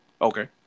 Okay